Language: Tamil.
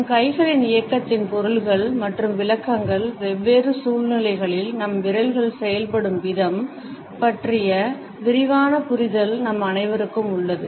நம் கைகளின் இயக்கத்தின் பொருள்கள் மற்றும் விளக்கங்கள் வெவ்வேறு சூழ்நிலைகளில் நம் விரல்கள் செயல்படும் விதம் பற்றிய விரிவான புரிதல் நம் அனைவருக்கும் உள்ளது